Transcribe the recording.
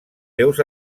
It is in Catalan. seus